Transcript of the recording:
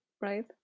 right